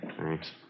Thanks